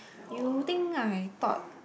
you think I thought